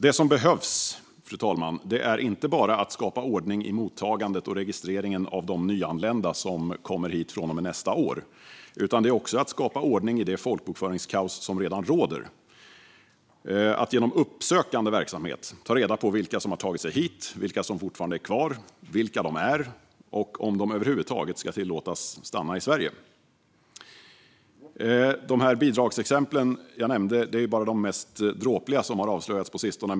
Det som behöver göras är att skapa ordning, fru talman, inte bara i mottagandet och registreringen av nyanlända från och med nästa år utan även i det folkbokföringskaos som redan råder, genom uppsökande verksamhet för att ta reda på vilka som tagit sig hit, vilka som fortfarande är kvar, vilka de är och om de över huvud taget ska tillåtas stanna i Sverige. Bidragsexemplen som jag nämnde är bara de mest dråpliga som avslöjats på sistone.